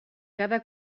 cada